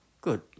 good